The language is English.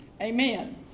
Amen